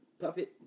puppet